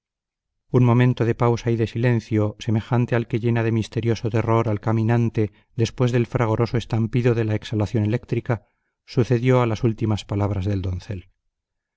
un momento de pausa y de silencio semejante al que llena de misterioso terror al caminante después del fragoroso estampido de la exhalación eléctrica sucedió a las últimas palabras del doncel